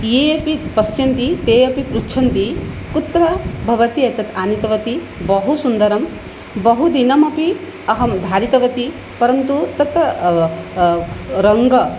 ये अपि पश्यन्ति ते बहुसुन्दरी अपि पृच्छन्ति कुत्र भवत्येतत् आनीतवती बहुसुन्दरा बहुदिनमपि अहं धारितवती परन्तु तत् रङ्गम्